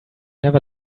never